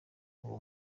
uwo